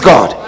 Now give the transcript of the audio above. God